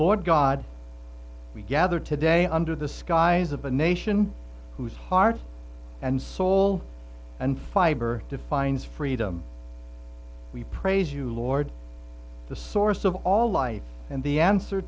lord god we gather today under the skies of a nation whose heart and soul and fiber defines freedom we praise you lord the source of all life and the answer